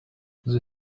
the